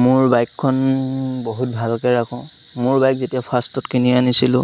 মোৰ বাইকখন বহুত ভালকৈ ৰাখোঁ মোৰ বাইক যেতিয়া ফাৰ্ষ্টত কিনি আনিছিলোঁ